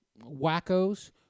wackos